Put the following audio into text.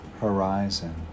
horizon